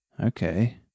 Okay